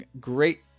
great